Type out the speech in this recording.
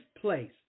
place